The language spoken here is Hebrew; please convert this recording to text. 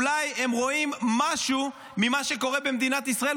אולי הם רואים משהו ממה שקורה במדינת ישראל,